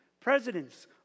presidents